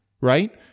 Right